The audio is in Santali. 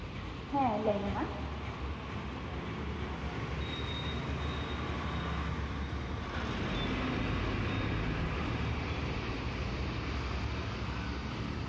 ᱦᱮᱸ ᱞᱟᱹᱭ ᱢᱮ ᱢᱟ